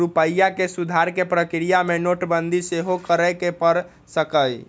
रूपइया के सुधारे कें प्रक्रिया में नोटबंदी सेहो करए के पर सकइय